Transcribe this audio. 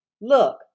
Look